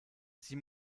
sie